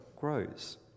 grows